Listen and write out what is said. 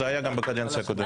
זה היה גם בקדנציה הקודמת.